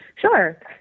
Sure